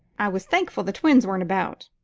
i was thankful the twins weren't about.